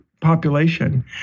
population